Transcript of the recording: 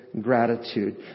Gratitude